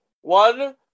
One